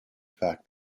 fact